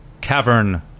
Cavern